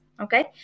Okay